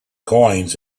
coins